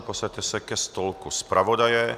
Posaďte se ke stolku zpravodaje.